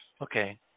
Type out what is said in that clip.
Okay